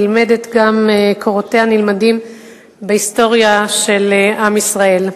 קורותיה נלמדים בהיסטוריה של עם ישראל.